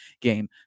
game